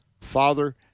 Father